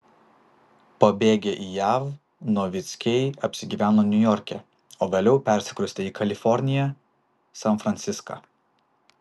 pabėgę į jav novickiai apsigyveno niujorke o vėliau persikraustė į kaliforniją san franciską